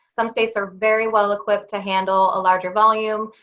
some states are very well equipped to handle a larger volume.